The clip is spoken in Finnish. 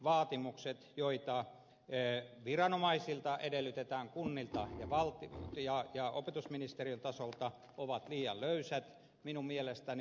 koulutusvaatimukset joita viranomaisilta edellytetään kuntien ja opetusministeriön taholta ovat liian löysät minun mielestäni